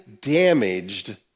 damaged